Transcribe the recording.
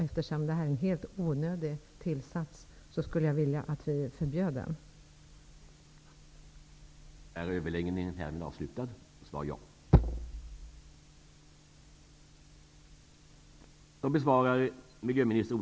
Eftersom det här är en helt onödig tillsats, skulle jag vilja att vi förbjöd användningen av den.